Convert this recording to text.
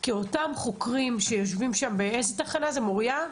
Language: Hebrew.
כי אותם חוקרים שיושבים שם, איזה תחנה זה, מוריה?